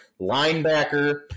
linebacker